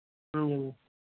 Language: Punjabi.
ਹਾਂਜੀ ਹਾਂਜੀ